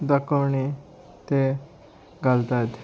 दाखोवणी ते घालतात